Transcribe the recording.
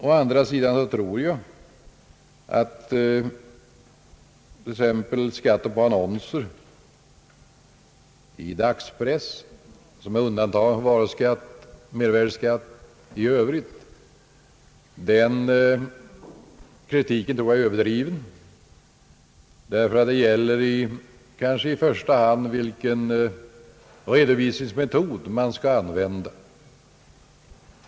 Å andra sidan tror jag att kritiken är överdriven t.ex. mot att beskatta annonser i dagspressen, som i övrigt är undantagen från mervärdeskatt i övrigt. Det gäller kanske i första hand vilken redovisningsmetod man skall använda.